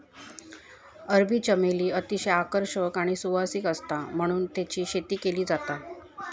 अरबी चमेली अतिशय आकर्षक आणि सुवासिक आसता म्हणून तेची शेती केली जाता